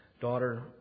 daughter